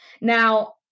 Now